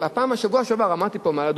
בשבוע שעבר עמדתי פה מעל הדוכן,